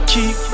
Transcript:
Keep